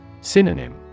Synonym